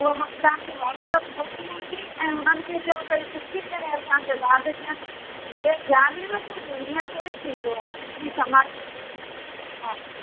पोइ मां तव्हां खे वाट्सअप मोकिलियां थी ऐं हुननि खे चओ भई सुठी तरह सां साथ ॾियनि केरु ध्यान ई नथो ॾे हीअं थोरे ई थींदो आहे सिंधी समाज में हा